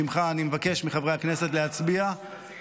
אני מבקש מחברי הכנסת להצביע --- תודה